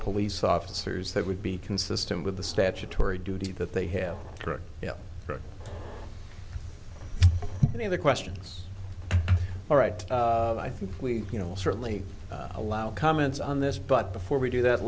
police officers that would be consistent with the statutory duty that they have correct any of the questions all right i think we you know certainly allow comments on this but before we do that